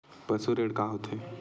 पशु ऋण का होथे?